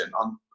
on